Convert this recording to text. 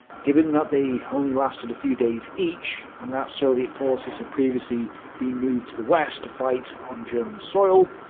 given that they only lasted a few days each, and that soviet forces had previously been moved to the west to fight on german soil,